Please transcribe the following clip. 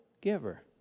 giver